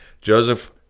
Joseph